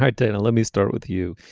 dana let me start with you.